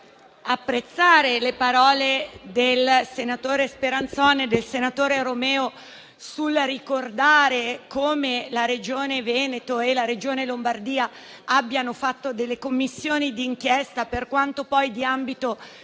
apprezzare le parole dei senatori Speranzon e Romeo nel ricordare come la Regione Veneto e la Regione Lombardia abbiano istituito delle commissioni di inchiesta, per quanto di ambito